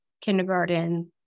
kindergarten